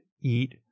eat